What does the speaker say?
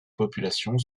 population